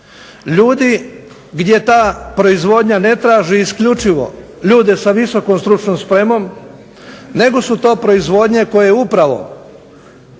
ljudi gdje ta proizvodnja ne traži isključivo ljude sa visokom stručnom spremom nego su to proizvodnje koje bi upravo